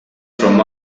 from